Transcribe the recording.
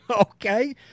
okay